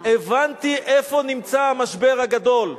הבנתי איפה נמצא המשבר הגדול.